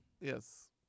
yes